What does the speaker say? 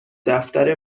دفتر